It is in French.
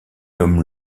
homme